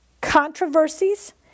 controversies